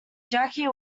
jackie